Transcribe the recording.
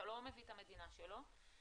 אתה לא מביא את המדינה שלו.